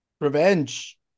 Revenge